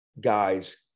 guys